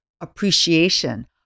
appreciation